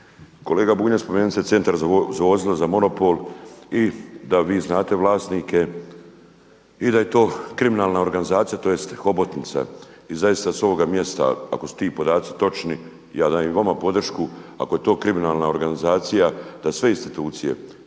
Kolega Bunjac, spomenuli ste Centar za vozila, za monopol i da vi znate vlasnike i da je to kriminalna organizacija, tj. hobotnica. I zaista sa ovoga mjesta, ako su ti podaci točni, ja dajem i vama podršku, ako je to kriminalna organizacija da sve institucije